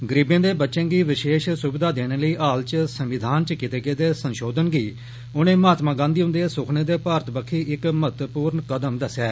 गरीबें दे बच्चें गी विषेश सुविधा देने लेई हाल च संविधान च कीत्ते गेदे संषोधन दी उनें महात्मा गांधी हुन्दे सुखने दे भारत बक्खी इक्क महत्तवपूर्ण कदम दस्सेया